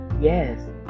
Yes